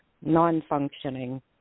non-functioning